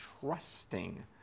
trusting